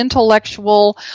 intellectual